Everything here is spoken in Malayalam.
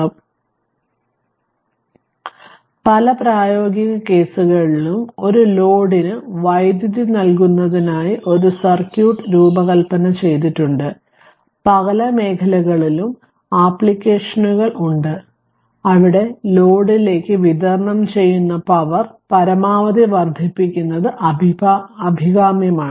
അതിനാൽ പല പ്രായോഗിക കേസുകളിലും ഒരു ലോഡിന് വൈദ്യുതി നൽകുന്നതിനായി ഒരു സർക്യൂട്ട് രൂപകൽപ്പന ചെയ്തിട്ടുണ്ട് പല മേഖലകളിലും ആപ്ലിക്കേഷനുകൾ ഉണ്ട് അവിടെ ലോഡിലേക്ക് വിതരണം ചെയ്യുന്ന പവർ പരമാവധി വർദ്ധിപ്പിക്കുന്നത് അഭികാമ്യമാണ്